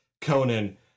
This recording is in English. Conan